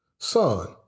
Son